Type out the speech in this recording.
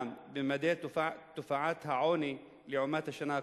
בממדי תופעת העוני לעומת השנה הקודמת,